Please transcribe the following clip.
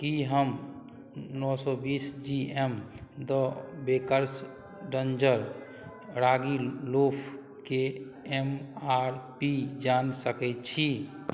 कि हम नओ सओ बीस जी एम द बेकर्स डञ्जर रागी लोफके एम आर पी जानि सकै छी